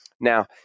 Now